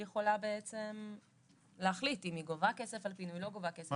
היא יכולה בעצם להחליט אם היא גובה על פינוי או לא גובה כסף.